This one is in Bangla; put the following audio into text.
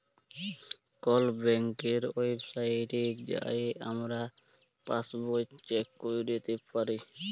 কল ব্যাংকের ওয়েবসাইটে যাঁয়ে আমরা পাসবই চ্যাক ক্যইরতে পারি